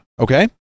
Okay